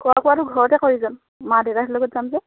খোৱা বোৱাটো ঘৰতে কৰি যাম মা দেউতাহঁতৰ লগত যাম যে